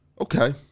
Okay